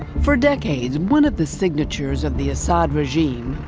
for decades, one of the signatures of the assad regime,